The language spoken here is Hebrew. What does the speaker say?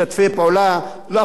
אף אחד לא יודע מי שילם להם,